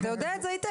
אתה יודע את זה היטב.